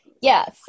yes